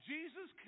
Jesus